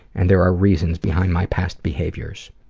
and there are reasons behind my past behaviors.